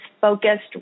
focused